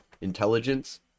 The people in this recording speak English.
intelligence